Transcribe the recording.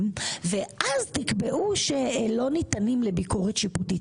ואל תקבעו שלא ניתנים לביקורת שיפוטית,